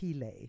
Pile